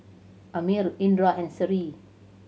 Ammir Indra and Seri